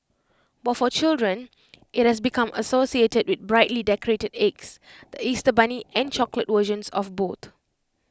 but for children IT has become associated with brightly decorated eggs the Easter bunny and chocolate versions of both